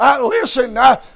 Listen